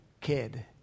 kid